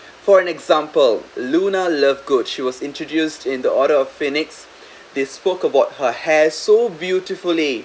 for an example luna lovegood she was introduced in the order phoenix they spoke about her hair so beautifully